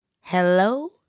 hello